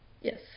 yes